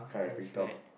just like